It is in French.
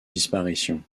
disparition